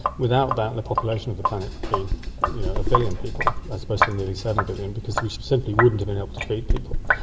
without that the population of the planet would be one you know billion people as opposed to nearly seven billion because we simply wouldn't have been able to feed people,